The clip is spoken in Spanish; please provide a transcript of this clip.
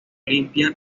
olimpia